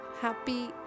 happy